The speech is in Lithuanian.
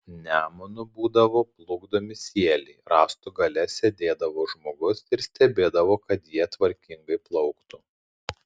nemunu būdavo plukdomi sieliai rąstų gale sėdėdavo žmogus ir stebėdavo kad jie tvarkingai plauktų